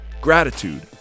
gratitude